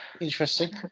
Interesting